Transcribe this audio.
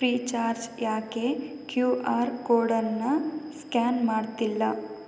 free charge ಏಕೆ Q R ಕೋಡನ್ನು scan ಮಾಡ್ತಿಲ್ಲ